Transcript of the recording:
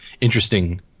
interesting